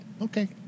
Okay